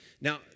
Now